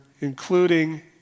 including